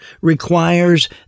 requires